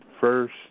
first